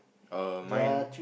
err mine